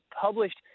published